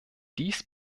dies